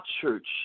church